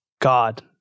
god